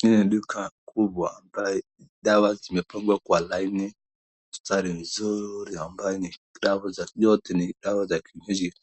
Hii ni duka kubwa ambaye dawa zimepangwa kwa laini mstari mzuri ambaye ni dawa yote ni dawa za kienyeji